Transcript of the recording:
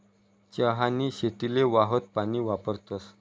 चहानी शेतीले वाहतं पानी वापरतस